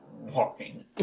walking